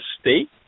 state